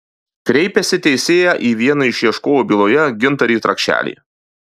kreipėsi teisėją į vieną į ieškovų byloje gintarį trakšelį